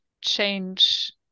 change